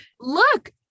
Look